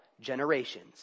generations